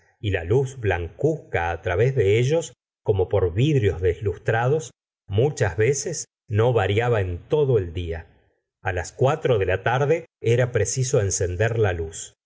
y la luz blancuzca través de ellos como por vidrios deslustrados muchas veces no variaba en todo el día a las cuatro de la tarde era preciso encender la luz